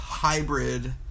Hybrid